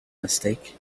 mistake